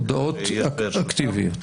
הודעות אקטיביות?